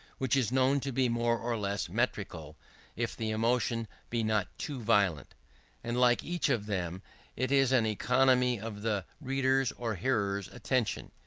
which is known to be more or less metrical if the emotion be not too violent and like each of them it is an economy of the reader's or hearer's attention.